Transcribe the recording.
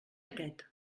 aquest